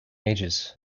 ages